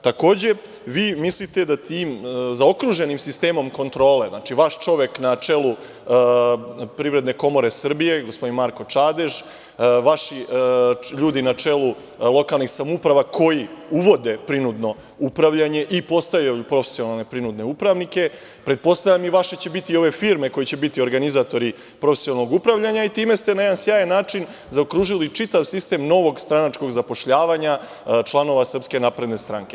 Takođe, vi mislite da tim zaokruženim sistemom kontrole, znači, vaš čovek na čelu Privredne komore Srbije, gospodin Marko Čadež, vaši ljudi na čelu lokalnih samouprava koji uvode prinudno upravljanje i postavljaju profesionalne prinude upravnike, pretpostavljam i vaše će biti ove firme koje će biti organizatori profesionalnog upravljanja i time ste na sjajan način zaokružili čitav sistem novog stranačkog zapošljavanja članova SNS.